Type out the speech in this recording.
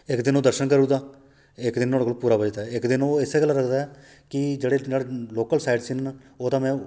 इक दिन ओह् दर्शन करी ओड़दा इक दिन नुआढ़े कोल पूरा बचदा ऐ इक दिन ओह् इस गल्ला रखदा कि जेह्ड़े नाड़े लोकल साइड सीन न ओह्दा में